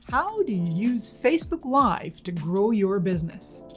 how do you use facebook live to grow your business?